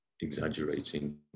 exaggerating